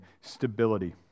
Stability